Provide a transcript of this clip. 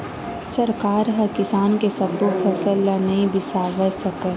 सरकार ह किसान के सब्बो फसल ल नइ बिसावय सकय